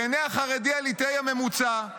בעיני החרדי הליטאי הממוצע,